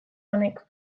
honek